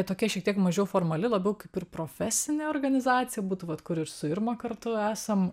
tokia šiek tiek mažiau formali labiau kaip ir profesinė organizacija būtų vat kur ir su irma kartu esam